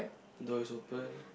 door is open